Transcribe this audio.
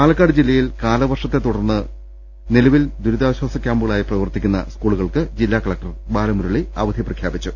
പാലക്കാട് ജില്ലയിൽ കാലവർഷത്തെ തുടർന്ന് നിലവിൽ ദുരി താശ്വാസ കൃാമ്പുകളായി പ്രവർത്തിക്കുന്ന സ്കൂളുകൾക്ക് ഇന്ന് ജില്ലാ കലക്ടർ ബാലമുരളി അവധി പ്രഖ്യാപിച്ചു